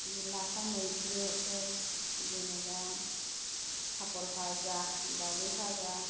लाफा मैद्रुफोर जेनेबा पापर भाजा दाउदै भाजा